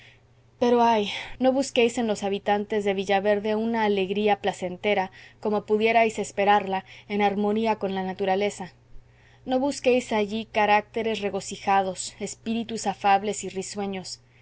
pero ay no busquéis en los habitantes de villaverde una alegría placentera como pudierais esperarla en harmonía con la naturaleza no busquéis allí caracteres regocijados espíritus afables y risueños